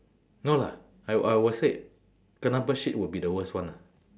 no lah I w~ I will say kena bird shit will be the worst one ah